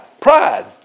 Pride